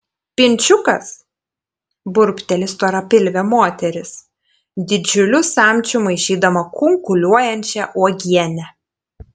pinčiukas burbteli storapilvė moteris didžiuliu samčiu maišydama kunkuliuojančią uogienę